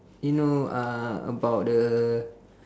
you know uh about the